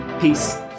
Peace